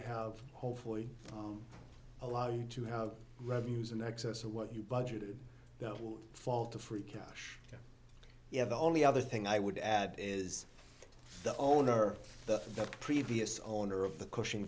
have hopefully allow you to have revenues in excess of what you budgeted that would fall to free cash yeah the only other thing i would add is the owner the previous owner of the cushing